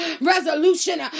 resolution